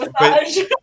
massage